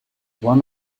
one